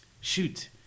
Shoot